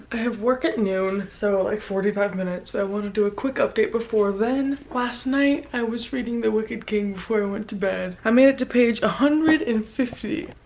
i have work at noon, so like, forty five minutes. but i want to do a quick update before then. last night i was reading the wicked king before i went to bed. i made it to page one hundred and fifty.